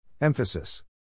Emphasis